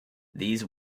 these